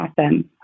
Awesome